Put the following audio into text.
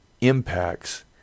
impacts